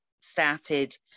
started